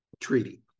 treaty